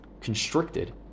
constricted